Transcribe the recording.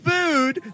Food